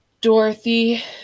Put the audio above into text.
Dorothy